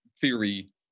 theory